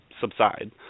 subside